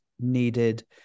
needed